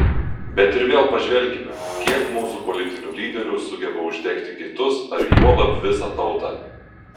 bet ir vėl pažvelkime kiek mūsų politinių lyderių sugeba uždegti kitus ar juolab visą tautą